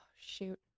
Shoot